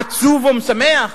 עצוב או משמח?